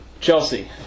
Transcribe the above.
Chelsea